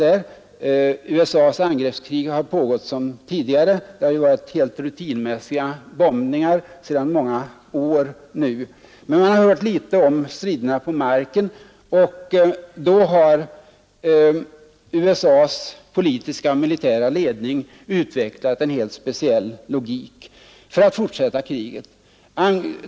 USA:s angreppskrig har visserligen pågått som tidigare, med sedan många år helt rutinmässiga bombningar, men man har inte hört så mycket om striderna på marken. USAs politiska och militära ledning har då utvecklat en helt speciell logik för att fortsätta kriget.